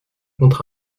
contre